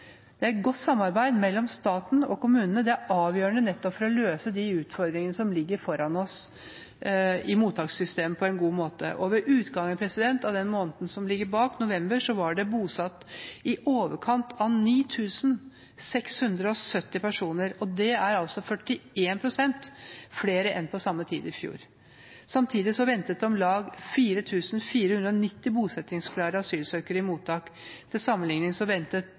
Det er godt samarbeid mellom staten og kommunene, og det er avgjørende nettopp for å løse de utfordringene som ligger foran oss i mottakssystemet, på en god måte. Ved utgangen av den måneden som ligger bak oss, november, var det bosatt i overkant av 9 670 personer. Det er 41 pst. flere enn på samme tid i fjor. Samtidig ventet det om lag 4 490 bosettingsklare asylsøkere i mottak. Til sammenligning ventet